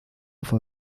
fue